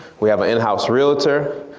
we have an in-house realtor.